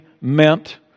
meant